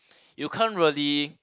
you can't really